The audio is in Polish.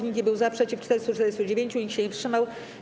Nikt nie był za, przeciw - 449, nikt się nie wstrzymał.